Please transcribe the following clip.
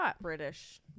British